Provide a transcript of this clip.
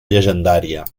llegendària